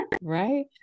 Right